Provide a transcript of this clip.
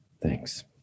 Thanks